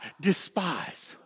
despise